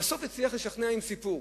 בסוף הוא הצליח לשכנע עם סיפור.